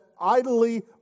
idly